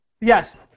Yes